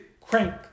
crank